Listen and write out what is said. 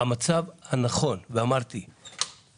המצב הנכון צריך להיות כמו שאמרתי קודם,